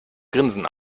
grinsen